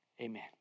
amen